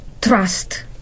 trust